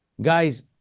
Guys